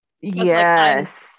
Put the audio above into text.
Yes